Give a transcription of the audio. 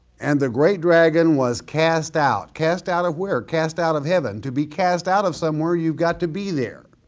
and the great dragon was cast out, cast out of where? cast out of heaven. to be cast out of somewhere you've got to be there.